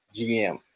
GM